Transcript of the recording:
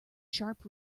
sharp